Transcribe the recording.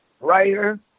writer